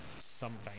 sometime